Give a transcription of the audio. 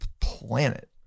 planet